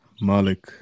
Malik